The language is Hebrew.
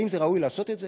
האם ראוי לעשות את זה?